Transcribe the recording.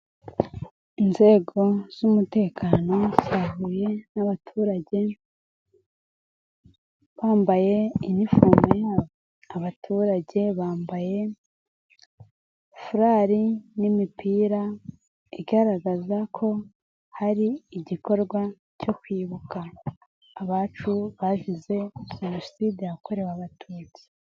Inzego z'umutekano zahuye nabaturage, bambaye inifomu yabo, abaturage bambaye furari n' imipira igaragaza ko hari igikorwa cyo kwibuka abacu bazize jenoside yakorewe abatutsi.